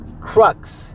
crux